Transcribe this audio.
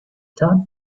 thought